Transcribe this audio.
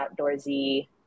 outdoorsy